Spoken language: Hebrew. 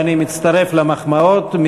אני מצטרף למחמאות.